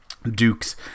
Dukes